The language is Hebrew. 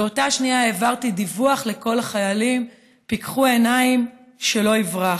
באותה שנייה העברתי דיווח לכל החיילים: פקחו עיניים שלא יברח,